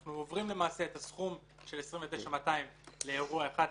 אנחנו עוברים למעשה את הסכום של 29,200 שקל לאירוע אחד,